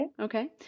Okay